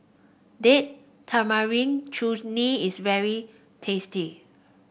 Date Tamarind Chutney is very tasty